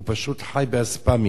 הוא פשוט חי באספמיה.